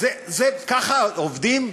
ככה עובדים?